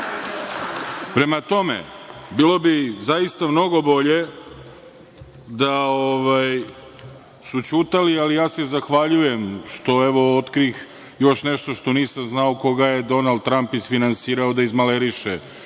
tome, bilo bi zaista mnogo bolje da su ćutali, ali zahvaljujem se što sam otkrio nešto što nisam znao, koga je Donald Tramp isfinansirao da izmaleriše